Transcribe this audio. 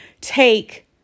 take